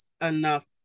enough